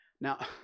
Now